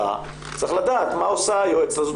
כמשרה צריך לדעת מה עושה היועצת הזאת,